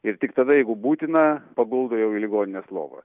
ir tik tada jeigu būtina paguldo jau į ligoninės lovą